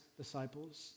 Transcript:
disciples